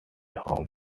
home